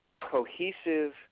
cohesive